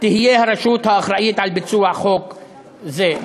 תהיה הרשות האחראית על ביצוע חוק זה.